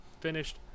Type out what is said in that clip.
Finished